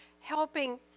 helping